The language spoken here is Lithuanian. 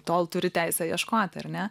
tol turi teisę ieškoti ar ne